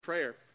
Prayer